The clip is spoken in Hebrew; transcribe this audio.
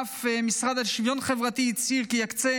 אף המשרד לשוויון חברתי הצהיר כי יקצה